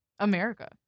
America